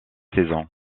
saison